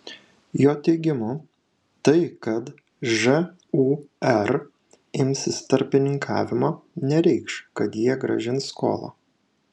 jo teigimu tai kad žūr imsis tarpininkavimo nereikš kad jie grąžins skolą